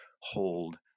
hold